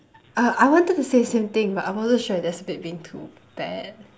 uh I wanted to say same thing but I wasn't sure if that's a bit being too bad